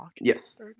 Yes